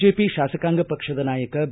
BJP ಶಾಸಕಾಂಗ ಪಕ್ಷದ ನಾಯಕ ಬಿ